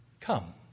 come